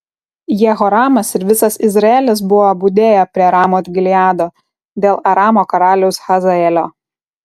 jehoramas ir visas izraelis buvo budėję prie ramot gileado dėl aramo karaliaus hazaelio